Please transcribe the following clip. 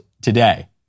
today